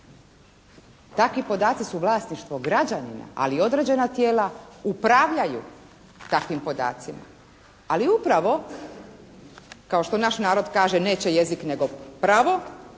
Takvi podaci su vlasništvo građanina, ali određena tijela upravljaju takvim podacima. Ali upravo kao što naš narod kaže: «Neće jezik nego pravo»